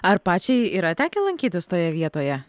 ar pačiai yra tekę lankytis toje vietoje